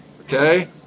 Okay